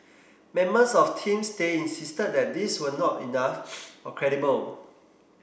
members of Team Stay insisted that these were not enough or credible